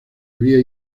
había